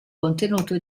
contenuto